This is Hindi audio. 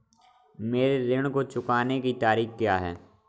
मेरे ऋण को चुकाने की तारीख़ क्या है?